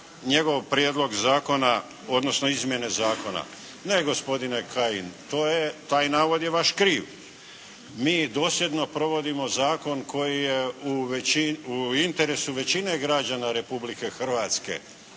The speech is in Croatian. njegov prijedlog zakona, odnosno izmjene zakona. Ne gospodine Kajin, to je, taj navod je vaš kriv. Mi dosljedno provodi zakon koji je u većini, u interesu većine građana Republike Hrvatske,